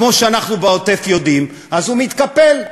כמו שאנחנו בעוטף יודעים, אז הוא מתקפל.